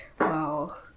wow